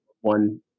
one